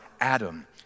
Adam